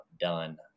done